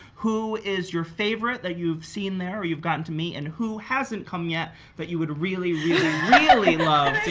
who is your favorite that you've seen there you've gotten to meet, and who hasn't come yet that you would really really really love